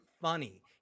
funny